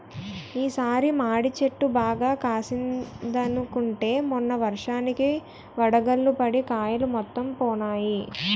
ఈ సారి మాడి చెట్టు బాగా కాసిందనుకుంటే మొన్న వర్షానికి వడగళ్ళు పడి కాయలు మొత్తం పోనాయి